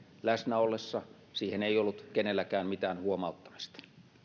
läsnä ollessa siihen ei ollut kenelläkään mitään huomauttamista